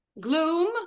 gloom